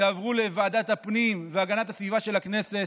יעברו לוועדת הפנים והגנת הסביבה של הכנסת.